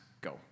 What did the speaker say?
go